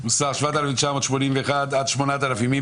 6,181 עד 6,200, מי